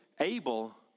Abel